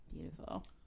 Beautiful